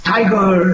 Tiger